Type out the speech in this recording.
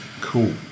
Cool